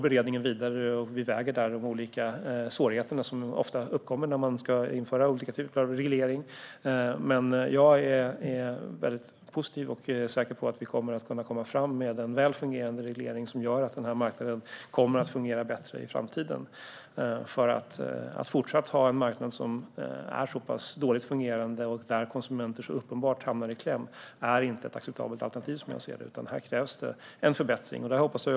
Beredningen pågår, och vi väger de olika svårigheter som ofta uppkommer när det ska införas olika typer av reglering. Jag är positiv och säker på att vi kommer att få fram en väl fungerande reglering som gör att denna marknad fungerar bättre i framtiden. Att fortsätta att ha en marknad som fungerar dåligt och där konsumenter uppenbart hamnar i kläm är inte ett acceptabelt alternativ, utan här krävs förbättring.